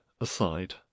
aside